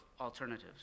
alternatives